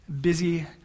busy